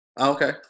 Okay